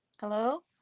Hello